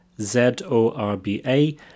Z-O-R-B-A